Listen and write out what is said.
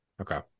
Okay